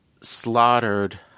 slaughtered